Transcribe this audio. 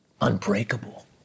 unbreakable